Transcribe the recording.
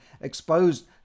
exposed